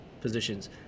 positions